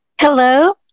Hello